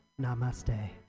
Namaste